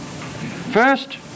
First